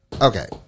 Okay